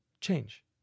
change